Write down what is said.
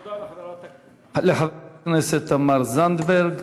תודה לחברת הכנסת תמר זנדברג.